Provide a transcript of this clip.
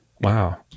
Wow